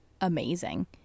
amazing